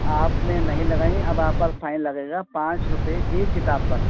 آپ نے نہیں لگائیں اب آپ پر فائن لگے گا پانچ روپے ایک کتاب پر